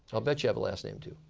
i'll bet you have a last name, too.